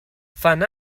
fan